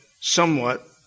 somewhat